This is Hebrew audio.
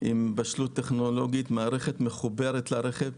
עם בשלות טכנולוגית, מערכת מחוברת לרכב.